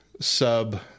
sub